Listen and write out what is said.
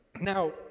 Now